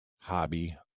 hobby